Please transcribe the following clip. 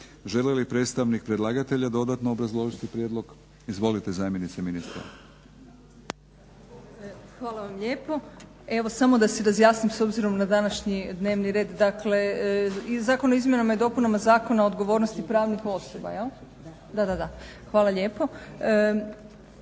Želi li predstavnik predlagatelja dodatno obrazložiti prijedlog? Izvolite zamjenice ministra.